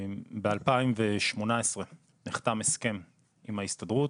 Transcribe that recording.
ב-2018 נחתם הסכם עם ההסתדרות.